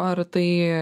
ar tai